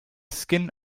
skin